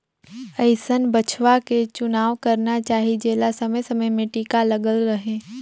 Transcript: अइसन बछवा के चुनाव करना चाही जेला समे समे में टीका लगल रहें